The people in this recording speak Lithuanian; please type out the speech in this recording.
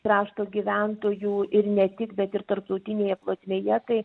krašto gyventojų ir ne tik bet ir tarptautinėje plotmėje tai